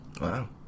wow